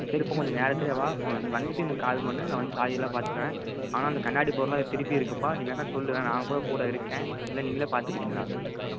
சரிப்பா கொஞ்சம் நேரத்திலேயே வா வந்துட்டு எனக்கு கால் பண்ணு நான் வந்து சாவி எல்லாம் பார்த்துப்பேன் ஆனால் அந்த கண்ணாடி பொருளெலாம் திருப்பி இருக்குதுப்பா நீ வேணால் சொல் வேணால் நான் கூட கூட இருக்கேன் இல்லை நீங்களே பார்த்துக்குறிங்களா